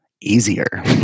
easier